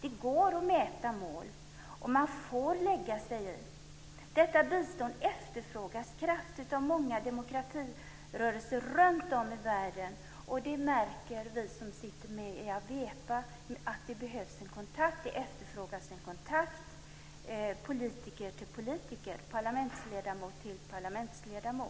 Det går att mäta mål, och man får lägga sig i. Detta bistånd efterfrågas kraftigt av många demokratirörelser runtom i världen, och vi som sitter med i AWEPA märker att det behövs och efterfrågas en kontakt politiker emellan och parlamentsledamöter emellan,